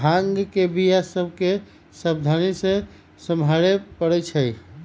भांग के बीया सभ के सावधानी से सम्हारे परइ छै